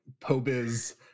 poBiz